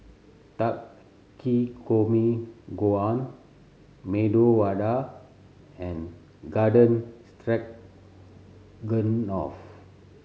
Takikomi Gohan Medu Vada and Garden Stroganoff